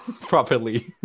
properly